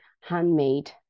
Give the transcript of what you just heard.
handmade